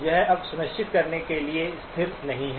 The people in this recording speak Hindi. यह अब सुनिश्चित करने के लिए स्थिर नहीं है